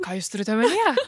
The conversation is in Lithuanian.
ką jūs turit omenyje